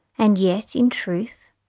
and yet, in truth,